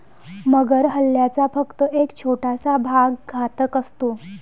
मगर हल्ल्याचा फक्त एक छोटासा भाग घातक असतो